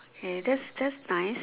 okay that's that's nice